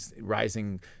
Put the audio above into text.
rising